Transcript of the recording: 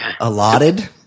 allotted